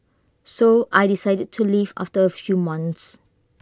so I decided to leave after A few months